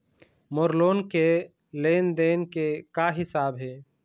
मोर loan के लेन देन के का हिसाब हे?